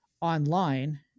online